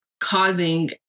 causing